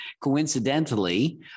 Coincidentally